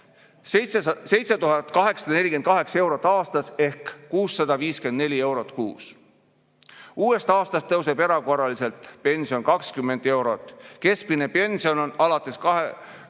7848 eurot aastas ehk 654 eurot kuus. Uuest aastast tõuseb pension erakorraliselt 20 eurot. Keskmine pension on alates 2023.